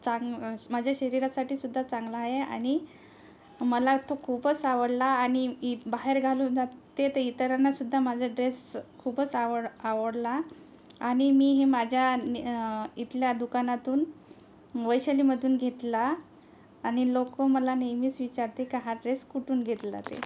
चां माझ्या शरीरासाठी सुद्धा चांगला आहे आणि मला तो खूपच आवडला आणि इ बाहेर घालून जाते ते इतरांनासुद्धा माझा ड्रेस खूपच आवड आवडला आणि मी हे माझ्या इथल्या दुकानातून वैशालीमधून घेतला आणि लोकं मला नेहमीच विचारते का हा ड्रेस कुठून घेतला ते